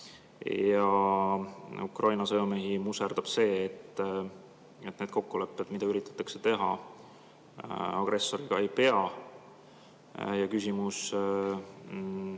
Ukraina sõjamehi muserdab see, et need kokkulepped, mida üritatakse teha agressoriga, ei pea. Ühene küsimus